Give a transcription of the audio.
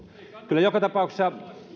kyllä joka tapauksessa